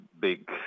big